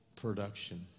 production